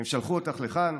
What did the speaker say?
הם שלחו אותך לכאן,